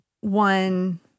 one